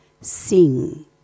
Sing